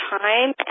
time